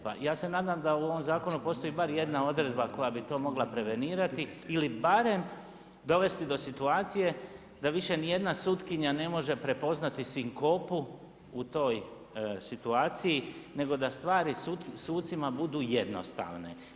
Pa ja se nadam da u ovom zakon postoji bar jedna odredba koja bi to mogla prevenirati ili barem dovesti do situacije da više ni jedna sutkinja ne može prepoznati sinkopu u toj situaciji, nego da stvari sucima budu jednostavne.